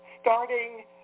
starting